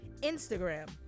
Instagram